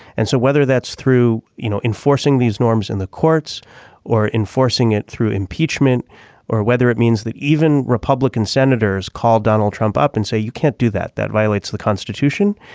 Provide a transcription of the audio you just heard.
and so whether that's through you know enforcing these norms in the courts or enforcing it through impeachment or whether it means that even republican senators called donald trump up and say you can't do that. that violates the constitution.